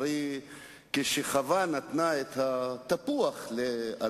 ולא ממש שמענו התייחסות,